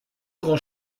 grands